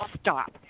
stop